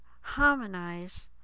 harmonize